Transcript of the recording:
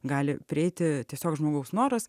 gali prieiti tiesiog žmogaus noras